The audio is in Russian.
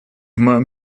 моем